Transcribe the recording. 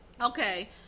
Okay